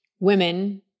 Women